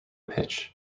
pitch